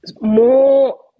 more